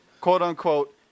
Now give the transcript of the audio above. quote-unquote